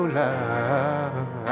love